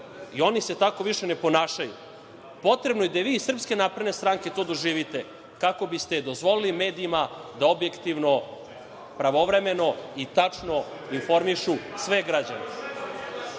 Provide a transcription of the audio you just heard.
i oni se tako više ne ponašaju. Potrebno je da vi iz SNS to doživite, kako biste dozvolili medijima da objektivno, pravovremeno i tačno informišu sve građane. Nadam